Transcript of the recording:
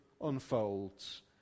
unfolds